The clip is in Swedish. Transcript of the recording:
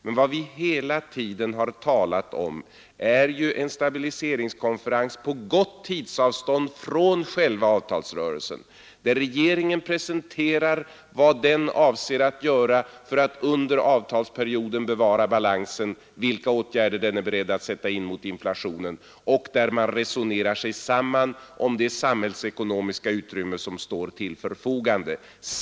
Men vad vi hela tiden har talat om är en stabiliseringskonferens på gott tidsavstånd från själva avtalsrörelsen, där regeringen presenterar vad den avser att göra för att under avtalsperioden bevara balansen och vilka åtgärder den är beredd att sätta in mot inflationen och där man sedan resonerar sig samman om det samhällsekonomiska utrymme som står till förfogande.